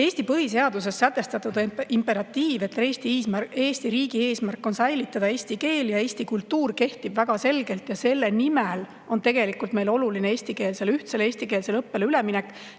Eesti põhiseaduses sätestatud imperatiiv, et Eesti riigi eesmärk on säilitada eesti keel ja eesti kultuur, kehtib väga selgelt. Ja selle nimel on meil oluline ühtsele eestikeelsele õppele üleminek